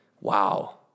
wow